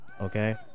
Okay